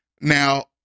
Now